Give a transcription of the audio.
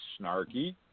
snarky